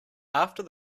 after